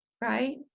right